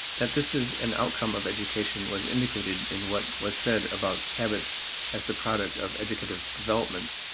that this is an outcome of education was indicated in what was said about habits as the product of educative development.